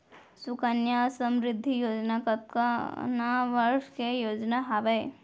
सुकन्या समृद्धि योजना कतना वर्ष के योजना हावे?